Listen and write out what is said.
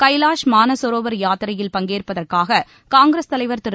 கைவாஷ் மானசரோவர் யாத்திரையில் பங்கேற்பதற்காக காங்கிரஸ் தலைவர் திரு